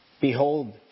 Behold